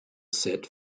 set